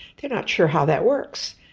they're not sure how that works.